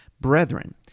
Brethren